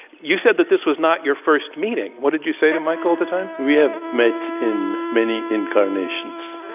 you said that this was not your first meeting. what did you say to michael at the time? we have met in many incarnations.